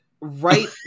right